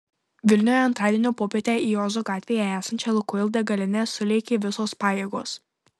vilniuje antradienio popietę į ozo gatvėje esančią lukoil degalinę sulėkė visos pajėgos